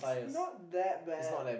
not that bad